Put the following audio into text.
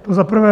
To za prvé.